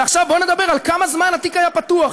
ועכשיו בואו נדבר על כמה זמן התיק היה פתוח.